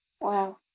Wow